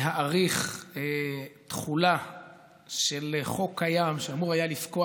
להאריך תחולה של חוק קיים שאמור היה לפקוע